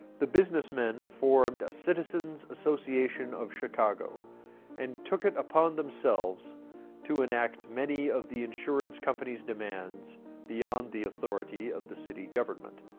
the businessmen formed a citizens association of chicago and took it upon themselves to enact many of the insurance companies' demands beyond the authority of the city government.